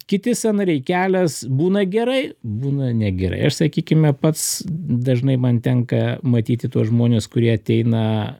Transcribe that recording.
kiti sąnariai kelias būna gerai būna negerai aš sakykime pats dažnai man tenka matyti tuos žmones kurie ateina